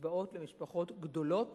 בקצבאות למשפחות גדולות